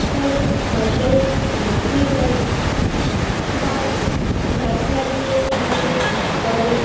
ফল বাজারে বিক্রিও হয় বা গাছ লাগিয়ে মানুষ ফলের